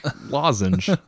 Lozenge